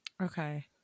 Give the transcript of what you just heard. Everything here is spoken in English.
Okay